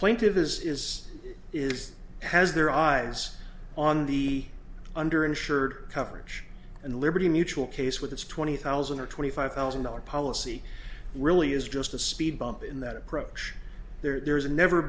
plaintive is is is has their eyes on the under insured coverage and liberty mutual case with its twenty thousand or twenty five thousand dollars policy really is just a speed bump in that approach there's never